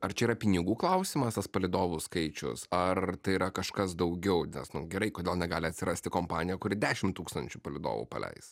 ar čia yra pinigų klausimas tas palydovų skaičius ar tai yra kažkas daugiau nes nu gerai kodėl negali atsirasti kompanija kuri dešim tūkstančių palydovų paleis